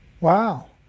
Wow